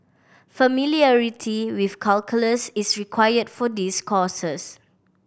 familiarity with calculus is required for this courses